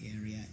area